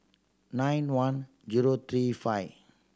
nine one zero three five